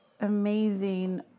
amazing